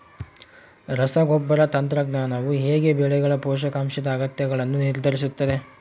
ರಸಗೊಬ್ಬರ ತಂತ್ರಜ್ಞಾನವು ಹೇಗೆ ಬೆಳೆಗಳ ಪೋಷಕಾಂಶದ ಅಗತ್ಯಗಳನ್ನು ನಿರ್ಧರಿಸುತ್ತದೆ?